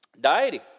dieting